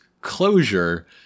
closure